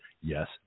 Yes